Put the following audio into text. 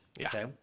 okay